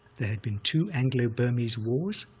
there had been two anglo-burmese wars,